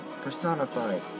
personified